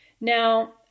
Now